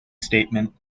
statement